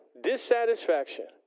dissatisfaction